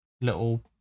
little